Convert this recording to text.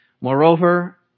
Moreover